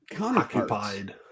Occupied